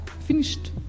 finished